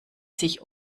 sich